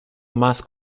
más